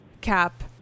Cap